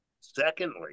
Secondly